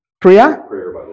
prayer